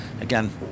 again